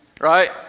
right